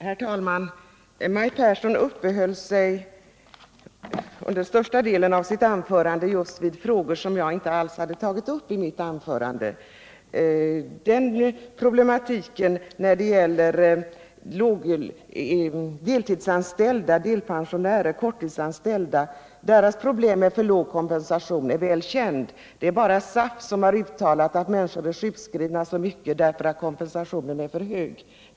Herr talman! Maj Pehrsson uppehöll sig under största delen av sitt anförande vid frågor som jag inte alls tagit upp i mitt anförande. Problemet med för låg kompensation för deltidsanställda, delpensionärer och korttidsanställda är väl känt. Det är bara SAF som sagt att människor är sjukskrivna så mycket därför att kompensationen är för hög.